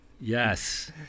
Yes